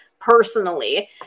personally